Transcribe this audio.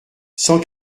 cent